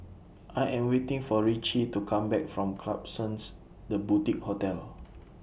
I Am waiting For Ritchie to Come Back from Klapsons The Boutique Hotel